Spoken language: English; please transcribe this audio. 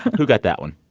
who got that one?